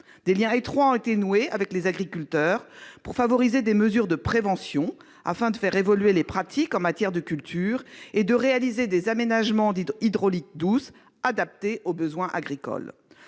Des liens étroits ont été noués avec les agriculteurs pour favoriser des mesures de prévention afin de faire évoluer les pratiques en matière de culture et de réaliser des aménagements d'hydraulique douce adaptés aux besoins agricoles.